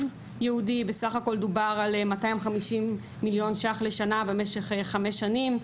ייעודי בסך הכל דובר על כ-250 מיליון ₪ לשנה במשך חמש שנים,